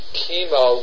chemo